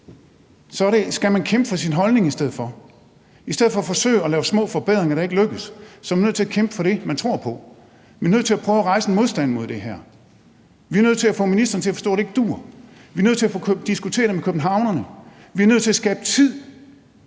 Så skal man kæmpe for sin holdning i stedet for. I stedet for at forsøge at lave små forbedringer, der ikke lykkes, er man nødt til at kæmpe for det, man tror på. Man er nødt til at prøve at rejse en modstand mod det her. Vi er nødt til at få ministeren til at forstå, at det ikke dur. Vi nødt til at få diskuteret det med københavnerne. Vi er nødt til at skabe tid.